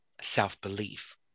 self-belief